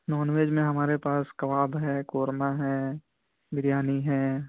naan veg میں ہمارے پاس کباب ہے قورمہ ہے بریانی ہے